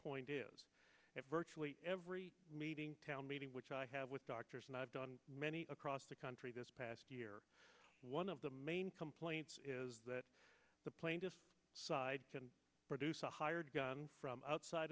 point is if virtually every meeting town meeting which i have with doctors and i've done many across the country this past year one of the main complaints is that the plaintiff can produce a hired gun from outside